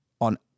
on